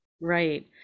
Right